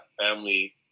family